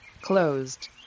closed